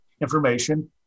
information